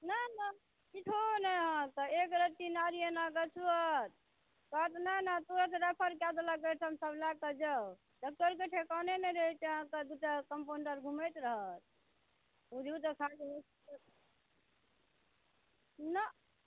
नहि नहि किछो नहि तऽ एक रत्ती नाड़ी एना कऽ छुअत कहत नहि नहि तुरत रेफर कऽ देलक एहिठाम से अब लय कऽ जाउ डॉक्टरके ठेकाने नहि रहै छै अहाँके दूटा कम्पाउण्डर घुमैत रहत बुझू जे खाली ना